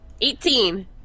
Eighteen